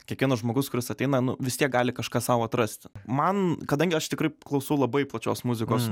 kiekvienas žmogus kuris ateina nu vis tiek gali kažką sau atrasti man kadangi aš tikrai klausau labai plačios muzikos